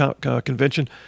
Convention